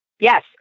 Yes